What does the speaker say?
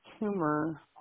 Tumor